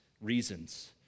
reasons